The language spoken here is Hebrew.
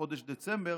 בחודש דצמבר,